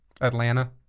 Atlanta